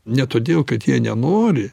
ne todėl kad jie nenori